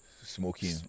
smoking